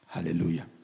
Hallelujah